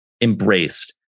embraced